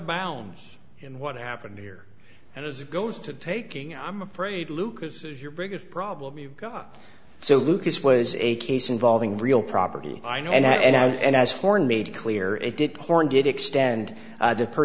bounds in what happened here and as it goes to taking i'm afraid lucas is your biggest problem you've got so lucas was a case involving real property i know and as horn made clear it did horn did extend the per